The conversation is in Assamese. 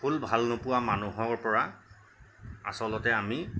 ফুল ভাল নোপোৱা মানুহৰপৰা আচলতে আমি